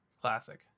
classic